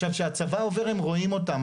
עכשיו כשהצבא עובר הם רואים אותם.